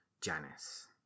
Janice